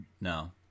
no